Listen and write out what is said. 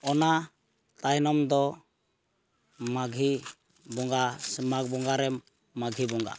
ᱚᱱᱟ ᱛᱟᱭᱱᱚᱢ ᱫᱚ ᱢᱟᱜᱷᱤ ᱵᱚᱸᱜᱟ ᱥᱮ ᱢᱟᱜᱽ ᱵᱚᱸᱜᱟ ᱨᱮ ᱢᱟᱜᱷᱤ ᱵᱚᱸᱜᱟ